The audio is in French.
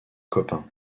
copains